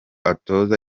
atoza